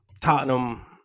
Tottenham